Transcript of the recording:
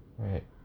what